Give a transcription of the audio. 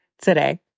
Today